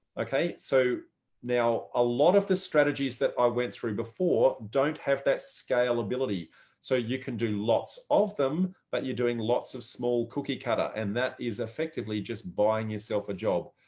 so now a lot of the strategies that i went through before, don't have that scale ability. so you can do lots of them, but you're doing lots of small cookie cutter and that is effectively just buying yourself a job.